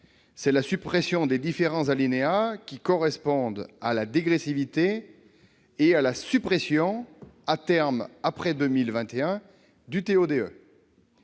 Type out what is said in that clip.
vise à supprimer les différents alinéas qui correspondent à la dégressivité et à la suppression, à terme, après 2021, du